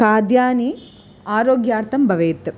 खाद्यानि आरोग्यार्थं भवेत्